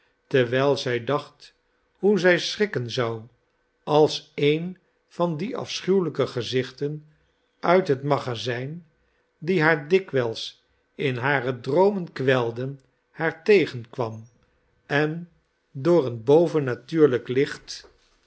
terwijl zij dacht hoe zij schrikken zou als een van die afschuwelijke gezichten uit het magazijn die haar dikwijls in hare droomen kwelden haar tegenkwam en door een bovennatuurlijk licht